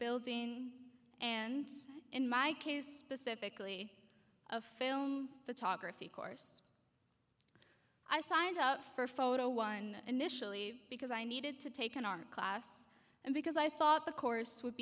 building and in my case pacifically a film photography course i signed up for photo one initially because i needed to take an art class and because i thought the course would